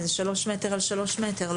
3 על 3 מטרים.